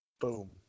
boom